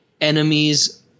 enemies